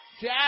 Jazz